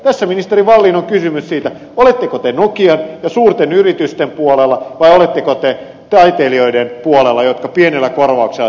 tässä ministeri wallin on kysymys siitä oletteko te nokian ja suurten yritysten puolella vai oletteko te taiteilijoiden puolella jotka pienellä korvauksella tekevät työtä